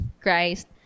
Christ